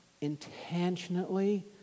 intentionally